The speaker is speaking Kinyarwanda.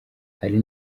hari